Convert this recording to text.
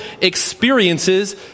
experiences